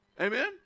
Amen